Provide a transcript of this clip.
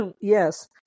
yes